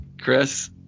Chris